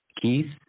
Keith